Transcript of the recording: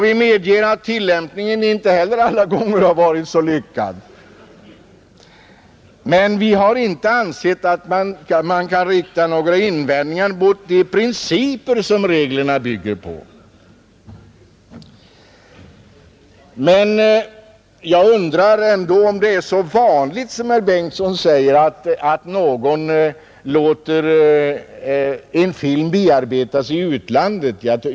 Vi medger att tillämpningen inte heller alla gånger har varit så lyckad. Men vi har inte ansett att man kan rikta några invändningar mot de principer som reglerna bygger på. Jag undrar ändå om det är så vanligt som herr Bengtson säger, att någon låter en film bearbetas i utlandet.